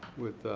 with